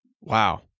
Wow